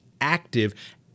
active